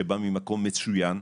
שבא ממקום מצוין,